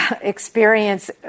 experience